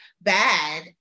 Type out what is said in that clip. bad